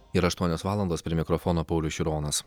yra aštuonios valandos prie mikrofono paulius šironas